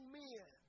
men